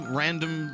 random